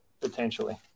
potentially